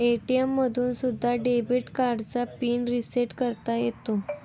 ATM मधून सुद्धा debit कार्डचा पिन रिसेट करता येतो